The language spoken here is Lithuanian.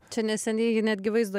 čia neseniai netgi vaizdo